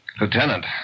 Lieutenant